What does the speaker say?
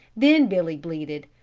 then billy bleated,